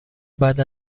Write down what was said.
بعد